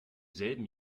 selben